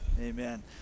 amen